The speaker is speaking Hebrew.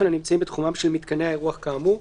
הנמצאים בתחומם של מיתקני האירוח כאמור,